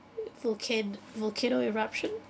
volcan~ volcano eruption